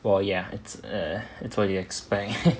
for~ ya it's what you expect